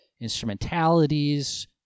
instrumentalities